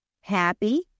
happy